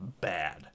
bad